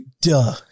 duh